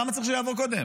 למה צריך שהוא יעבור קודם?